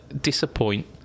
Disappoint